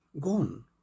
gone